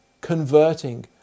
converting